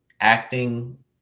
acting